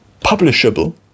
publishable